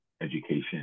education